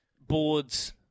boards